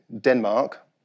Denmark